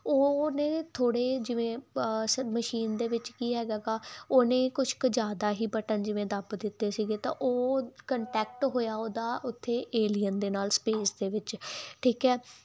ਉਹ ਨੇ ਥੋੜੇ ਜਿਵੇਂ ਮਸ਼ੀਨ ਦੇ ਵਿੱਚ ਕੀ ਹੈਗਾ ਉਹਨੇ ਕੁਝ ਕੁ ਜਿਆਦਾ ਹੀ ਬਟਨ ਜਿਵੇਂ ਦੱਬ ਦਿੱਤੇ ਸੀਗੇ ਤਾਂ ਉਹ ਕੰਟੈਕਟ ਹੋਇਆ ਉਹਦਾ ਉੱਥੇ ਏਲੀਅਨ ਦੇ ਨਾਲ ਸਪੇਸ ਦੇ ਵਿੱਚ ਠੀਕ ਹੈ